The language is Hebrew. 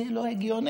זה לא הגיוני.